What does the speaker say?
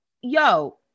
yo